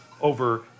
over